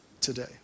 today